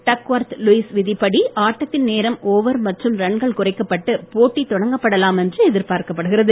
டக் worth Lewis விதிப்படி ஆட்டத்தின் நேரம் ஓவர் மற்றும் ரன்கள் குறைக்கப்பட்டு போட்டி தொடங்கப்படலாம் என்று எதிர்பார்க்கப் படுகிறது